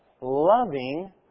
Loving